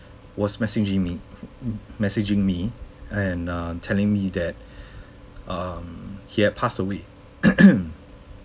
was messaging me messaging me and uh telling me that um he had passed away